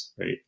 right